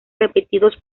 repetidos